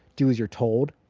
do as you're told.